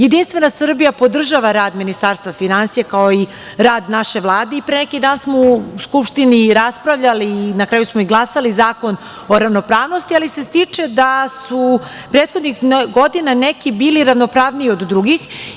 Jedinstvena Srbija podržava rad Ministarstva finansija, kao i rad naše Vlade, i pre neki dan smo u Skupštini raspravljali a na kraju smo i glasali, Zakon o ravnopravnosti, ali se stiče utisak da su prethodnih godina neki bili ravnopravniji od drugih.